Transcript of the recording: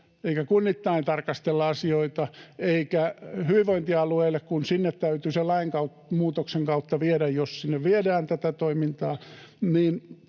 eikä kunnittain tarkastella asioita, eikä hyvinvointialueille, kun sinne täytyy se lainmuutoksen kautta viedä, jos sinne viedään tätä toimintaa.